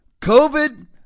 COVID